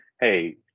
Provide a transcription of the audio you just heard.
hey